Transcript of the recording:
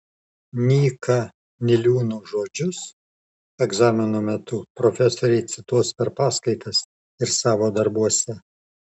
nyka niliūno žodžius egzamino metu profesoriai cituos per paskaitas ir savo darbuose